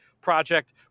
project